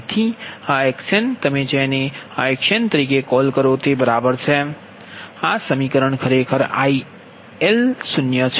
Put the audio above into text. તેથી આ Xn તમે જેને આ Xn તરીકે કોલ કરો તે બરાબર છે આ તમારી ખરેખર L0 છે